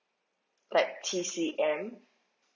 like T_C_M